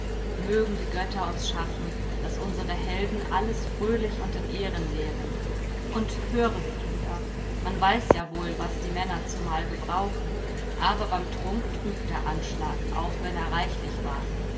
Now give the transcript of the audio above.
mögen die götter uns schaffen daß unsere helden alles fröhlich und in ehren leeren und höre frida man weiß ja wohl was die männer zumal gebrauchen aber beim trunk trügt der anschlag auch wenn er reichlich war